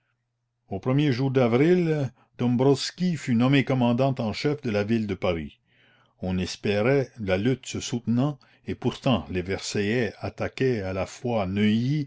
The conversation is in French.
aux premiers jours d'avril dombrowski fut nommé commandant en chef de la ville de paris on espérait la lutte se soutenant et pourtant les versaillais attaquaient à la fois neuilly